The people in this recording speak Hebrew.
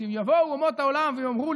שאם יבואו אומות העולם ויאמרו,